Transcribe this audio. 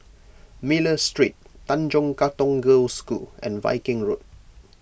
Miller Street Tanjong Katong Girls' School and Viking Road